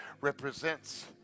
represents